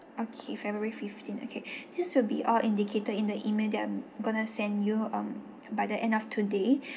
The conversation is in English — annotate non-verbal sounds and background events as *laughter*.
okay february fifteen okay *breath* this will be all indicated in the E-mail that I'm gonna send you um by the end of today *breath*